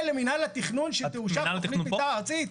למינהל התכנון שתאושר תוכנית מתאר ארצית?